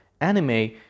anime